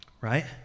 Right